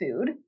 food